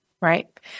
Right